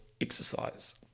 exercise